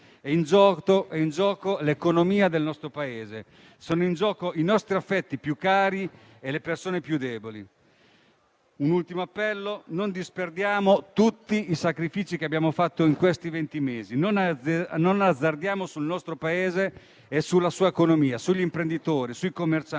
È in gioco l'economia del nostro Paese. Sono in gioco i nostri affetti più cari e le persone più deboli. Un ultimo appello: non disperdiamo tutti i sacrifici che abbiamo fatto negli ultimi venti mesi. Non azzardiamo sul nostro Paese, sulla sua economia, sugli imprenditori e sui commercianti.